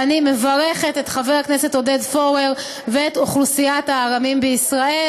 ואני מברכת את חבר הכנסת עודד פורר ואת אוכלוסיית הארמים בישראל.